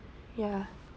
ya